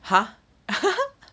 !huh!